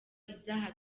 ibyaha